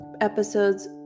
episodes